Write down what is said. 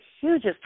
hugest